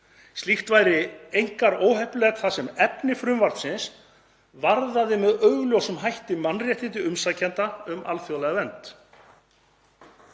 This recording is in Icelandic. Slíkt væri einkar óheppilegt þar sem efni frumvarpsins varðaði með augljósum hætti mannréttindi umsækjenda um alþjóðlega vernd.